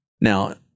Now